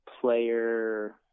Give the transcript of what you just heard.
player